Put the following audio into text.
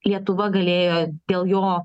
lietuva galėjo dėl jo